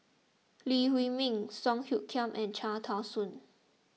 Lee Huei Min Song Hoot Kiam and Cham Tao Soon